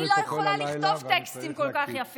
אני לא יכולה לכתוב טקסטים כל כך יפים.